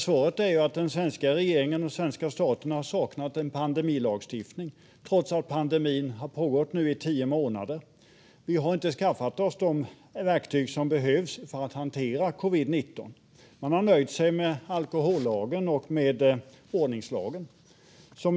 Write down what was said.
Svaret är att den svenska regeringen och den svenska staten har saknat en pandemilagstiftning, trots att pandemin har pågått i tio månader. Vi har inte skaffat oss de verktyg som behövs för att hantera covid-19. Man har nöjt sig med alkohollagen och ordningslagen.